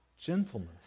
gentleness